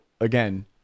again